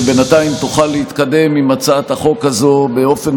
שבינתיים תוכל להתקדם עם הצעת החוק הזאת באופן